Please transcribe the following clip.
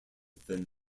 than